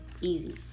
Easy